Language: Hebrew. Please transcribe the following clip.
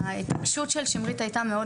ההתעקשות של שמרית הייתה מאוד